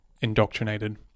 indoctrinated